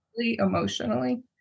emotionally